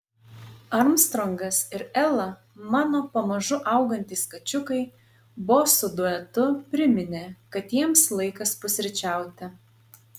armstrongas ir ela mano pamažu augantys kačiukai bosų duetu priminė kad jiems laikas pusryčiauti